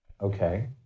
okay